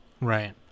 Right